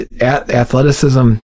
athleticism